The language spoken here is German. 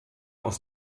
aus